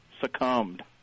succumbed